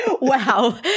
Wow